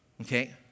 Okay